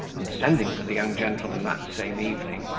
and sending for the young gentleman that same evening,